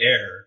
air